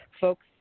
folks